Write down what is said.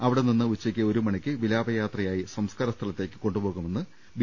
അവിടെനിന്ന് ഉച്ചയ്ക്ക് ഒരുമണിയ്ക്ക് വിലാപയാത്രയായി സംസ്കാരസ്ഥലത്തേക്ക് കൊണ്ടുപോകുമെന്ന് ബി